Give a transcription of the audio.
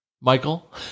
Michael